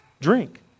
Drink